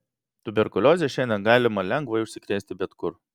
tuberkulioze šiandien galima lengvai užsikrėsti bet kur